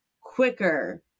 quicker